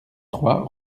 trois